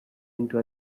into